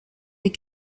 des